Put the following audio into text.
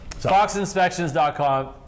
foxinspections.com